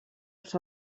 els